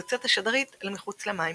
יוצאת השדרית אל מחוץ למים